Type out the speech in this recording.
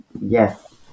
Yes